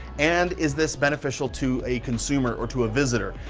and is this beneficial to a consumer or to a visitor?